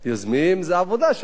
היוזמים, זו העבודה שלהם, מה,